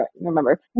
remember